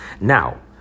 Now